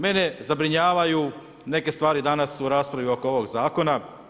Mene zabrinjavaju neke stvari danas, u raspravi oko ovog zakona.